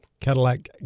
Cadillac